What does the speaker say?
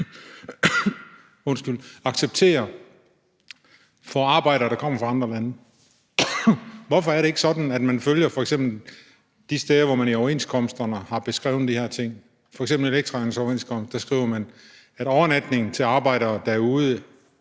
i dag – for arbejdere, der kommer fra andre lande. Hvorfor er det ikke sådan, at man følger de steder, hvor man i overenskomsterne har beskrevet de her ting? I f.eks. elektrikernes overenskomst skriver man i forhold til overnatning til arbejdere, der er ude